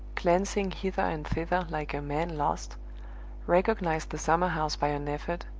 glancing hither and thither like a man lost recognized the summer-house by an effort,